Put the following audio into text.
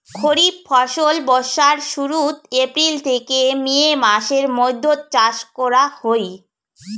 খরিফ ফসল বর্ষার শুরুত, এপ্রিল থেকে মে মাসের মৈধ্যত চাষ করা হই